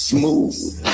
Smooth